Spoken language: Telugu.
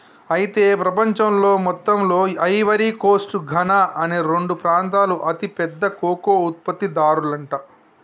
అయితే ప్రపంచంలో మొత్తంలో ఐవరీ కోస్ట్ ఘనా అనే రెండు ప్రాంతాలు అతి పెద్ద కోకో ఉత్పత్తి దారులంట